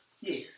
yes